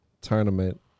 tournament